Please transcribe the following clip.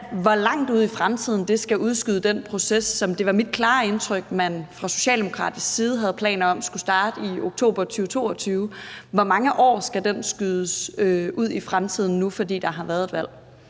hvor langt ud i fremtiden skal det udskyde den proces, som det var mit klare indtryk at man fra socialdemokratisk side havde planer om skulle starte i oktober 2022? Hvor mange år skal den skydes ud i fremtiden nu, fordi der har været et valg?